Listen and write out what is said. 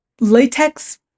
latex